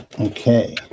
Okay